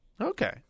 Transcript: Okay